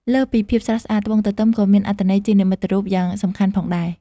លើសពីភាពស្រស់ស្អាត ត្បូងទទឹមក៏មានអត្ថន័យជានិមិត្តរូបយ៉ាងសំខាន់ផងដែរ។